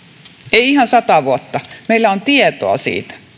ei ihan sataa vuotta ja meillä on tietoa siitä